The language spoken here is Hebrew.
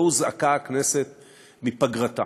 לא הוזעקה הכנסת מפגרתה.